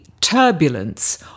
turbulence